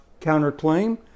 counterclaim